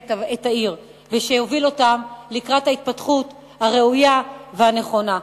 את העיר ויוביל אותם לקראת ההתפתחות הראויה והנכונה.